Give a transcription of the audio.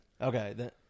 Okay